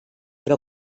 però